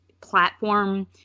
platform